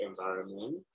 environment